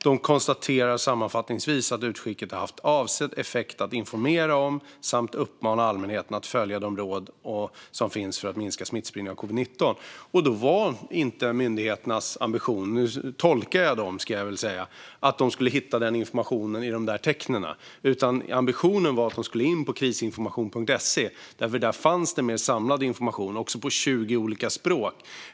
De konstaterar sammanfattningsvis att utskicket har haft avsedd effekt när det gäller att informera om och uppmana allmänheten att följa de råd som finns för att minska smittspridningen av covid-19. Myndigheternas ambition var inte - nu tolkar jag dem, ska jag väl säga - att människor skulle hitta informationen bland dessa tecken, utan ambitionen var att människor skulle gå in på Krisinformation.se. Där fanns det mer samlad information, på 20 olika språk.